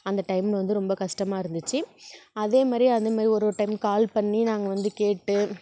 அந்த டைமில் வந்து ரொம்ப கஷ்டமாக இருந்துச்சு அதே மாதிரி அந்தமாரி ஒரு ஒரு டைம் கால் பண்ணி நாங்கள் வந்து கேட்டு